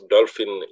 Dolphin